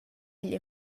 igl